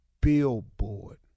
billboard